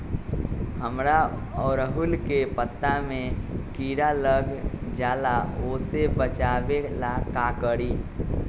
हमरा ओरहुल के पत्ता में किरा लग जाला वो से बचाबे ला का करी?